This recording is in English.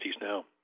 now